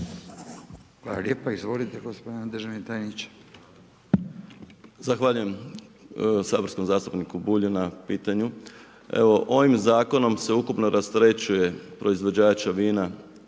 Hvala lijepo. Izvolite gospodine državni tajniče.